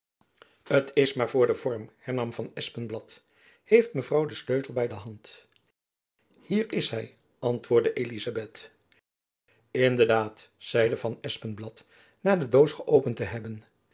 t is maar voor den vorm hernam van espenblad heeft mevrouw den sleutel by de hand hier is hy antwoordde elizabeth in de daad zeide van espenblad na de doos geöpend te hebben